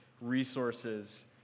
resources